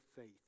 faith